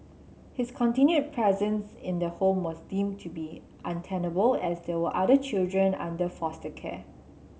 his continued presence in the home was deemed to be untenable as there were other children under foster care